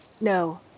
No